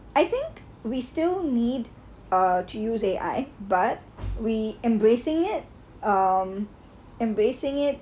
I think we still need to uh use A_I but we embracing it um embracing it